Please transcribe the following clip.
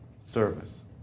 service